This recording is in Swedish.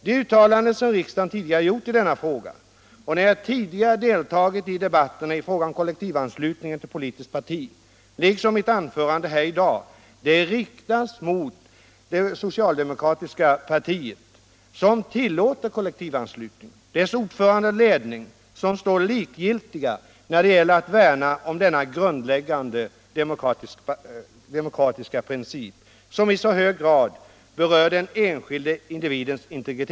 De uttalanden som riksdagen tidigare gjort i denna fråga, vad jag sagt — Nr 149 tidigare i debatter i fråga om kollektivanslutning till politiskt parti liksom Fredagen den mitt anförande här i dag riktas mot det socialdemokratiska partiet, som 4 juni 1976 tillåter kollektivanslutningen, och mot dess ordförande och ledning, som jön står likgiltiga när det gäller att värna om denna grundläggande demo = Frioch rättigheter kratiska princip, vilken i så hög grad berör den enskilde individens in = i grundlag tegritet.